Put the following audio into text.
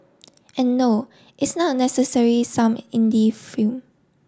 and no it's not necessary some Indie film